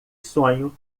sonho